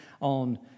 on